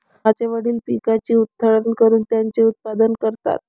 माझे वडील पिकाची उधळण करून त्याचे उत्पादन करतात